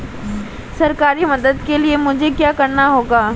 सरकारी मदद के लिए मुझे क्या करना होगा?